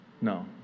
No